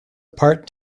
part